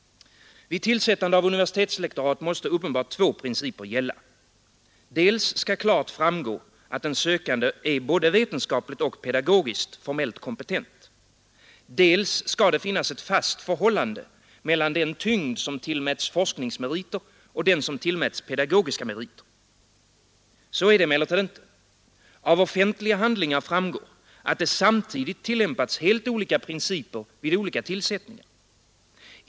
Vid tillsättande av universitetslektorat måste uppenbart två principer gälla. Dels skall klart framgå, att den sökande är både vetenskapligt och pedagogiskt formellt kompetent, dels skall det finnas ett fast förhållande mellan den tyngd som tillmäts forskningsmeriter och den som tillmäts pedagogiska meriter. Så är det emellertid inte. Av offentliga handlingar framgår, att det samtidigt tillämpats helt olika principer vid olika tillsättningar.